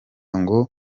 ngo